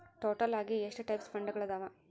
total ಆಗಿ ಎಷ್ಟ types ಫಂಡ್ಗಳದಾವ